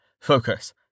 Focus